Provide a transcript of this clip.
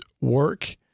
work